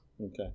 Okay